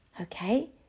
Okay